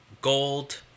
gold